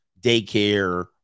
Daycare